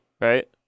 right